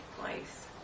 place